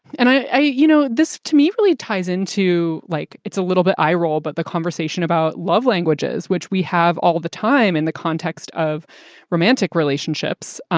and i you know, this to me really ties into like it's a little bit i roll. but the conversation about love languages, which we have all the time in the context of romantic relationships,